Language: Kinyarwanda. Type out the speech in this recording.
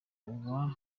uwa